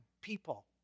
people